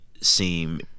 seem